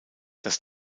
das